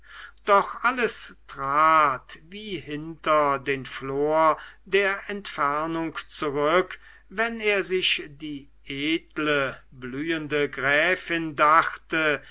doch alles trat wie hinter den flor der entfernung zurück wenn er sich die edle blühende gräfin dachte